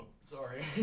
Sorry